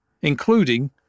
including